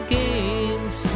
games